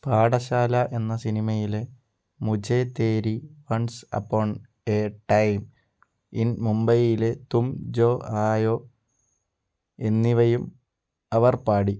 പാഠശാല എന്ന സിനിമയിലെ Mujhe Teri once upon a time in മുംബൈയിലെ തും ജോ ആയോ എന്നിവയും അവർ പാടി